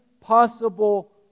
possible